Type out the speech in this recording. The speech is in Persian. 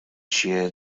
چیه